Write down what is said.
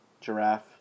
giraffe